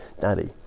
daddy